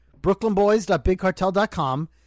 BrooklynBoys.BigCartel.com